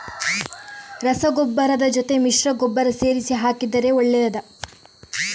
ರಸಗೊಬ್ಬರದ ಜೊತೆ ಮಿಶ್ರ ಗೊಬ್ಬರ ಸೇರಿಸಿ ಹಾಕಿದರೆ ಒಳ್ಳೆಯದಾ?